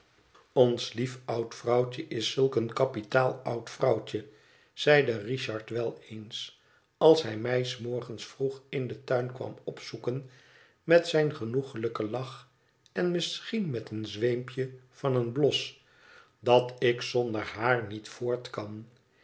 ons lief oud vrouwtje is zulk een kapitaal oud vrouwtje zeide richard wel eens als hij mij s morgens vroeg in den tuin kwam opzoeken met zijn genoeglijken lach en misschien met een zweempje van een blos dat ik zonder haar niet voort kan